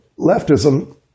leftism